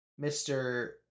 Mr